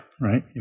right